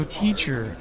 teacher